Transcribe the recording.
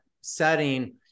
setting